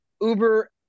Uber